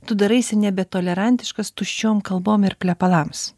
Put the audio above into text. tu daraisi nebe tolerantiškas tuščiom kalbom ir plepalams